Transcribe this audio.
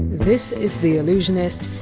this is the allusionist,